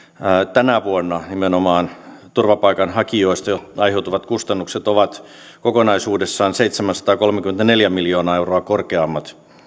tänä vuonna nimenomaan turvapaikanhakijoista aiheutuvat kustannukset ovat kokonaisuudessaan seitsemänsataakolmekymmentäneljä miljoonaa euroa korkeammat